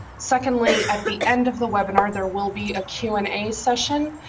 secondly at the end of the webinar there will be a q and a session.